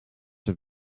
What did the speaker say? have